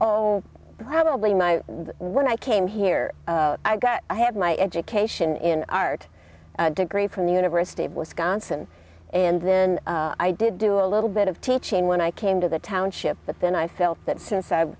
all probably my when i came here i got i have my education in art degree from the university of wisconsin and then i did do a little bit of teaching when i came to the township but then i felt that since